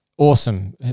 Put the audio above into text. awesome